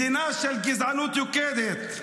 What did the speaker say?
מדינה של גזענות יוקדת.